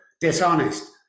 dishonest